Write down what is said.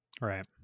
Right